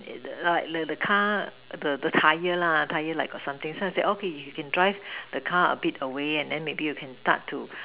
the the car the Tyre lah the Tyre like something okay the car you can drive the car a bit away and then maybe you can start to